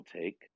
take